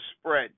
spread